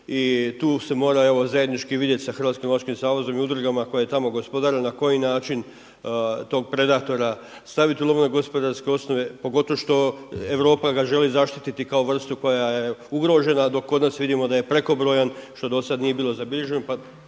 I ti se mora zajednički vidjeti sa Hrvatskim lovačkim savezom i udrugama koje tamo gospodare na koji način tog predatora staviti u lovno-gospodarske osnove pogotovo što Europa ga želi zaštititi kao vrstu koja je ugrožena, dok kod nas vidimo da je prekobrojan što do sada nije bilo zabilježeno